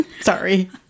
Sorry